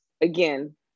again